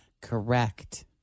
Correct